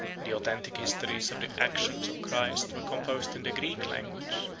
the authentic histories of the actions of christ were composed in the greek language,